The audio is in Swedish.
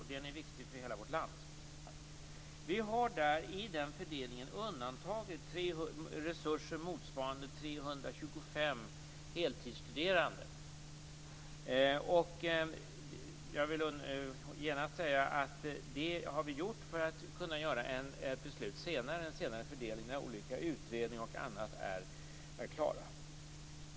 Den är viktig för hela vårt land. I den fördelningen har vi undantagit resurser motsvarande 325 heltidsstuderande. Det har vi gjort för att i samband med ett beslut senare kunna göra en fördelning; detta när exempelvis olika utredningar är klara.